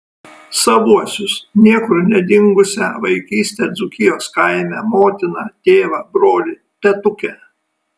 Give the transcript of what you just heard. savuosius niekur nedingusią vaikystę dzūkijos kaime motiną tėvą brolį tetukę